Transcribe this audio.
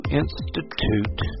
institute